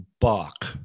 Bach